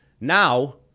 Now